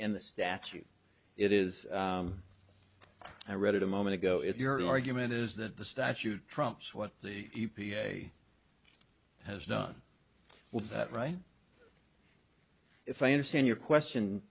in the statute it is i read it a moment ago if your argument is that the statute trumps what the e p a has done with that right if i understand your question